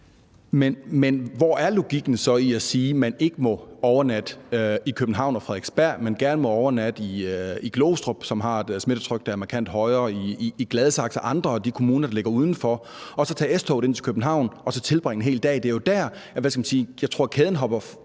Men hvor er logikken så i at sige, at man ikke må overnatte i København og på Frederiksberg, men gerne må overnatte i Glostrup, som har et smittetryk, der er markant højere, i Gladsaxe og andre af de kommuner, der ligger uden for, og så tage S-toget ind til København og tilbringe en hel dag der? Det er jo der, hvad skal